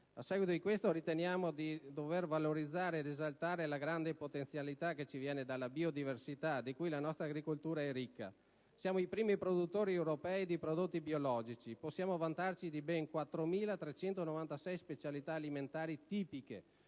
dell'impresa. Riteniamo di dover valorizzare ed esaltare la grande potenzialità che ci viene dalla biodiversità di cui la nostra agricoltura è ricca. Siamo i primi produttori europei di prodotti biologici; possiamo vantarci di ben 4.396 specialità alimentari tipiche